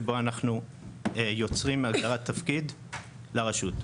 שבו אנחנו יוצרים הגדרת תפקיד לרשות.